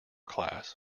class